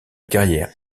carrière